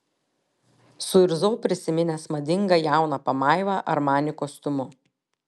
suirzau prisiminęs madingą jauną pamaivą armani kostiumu